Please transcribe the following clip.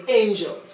angel